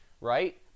right